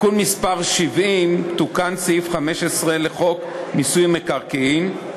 בתיקון מס' 70 תוקן סעיף 15 לחוק מיסוי מקרקעין,